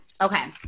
Okay